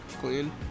clean